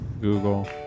Google